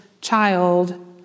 child